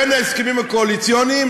בין ההסכמים הקואליציוניים,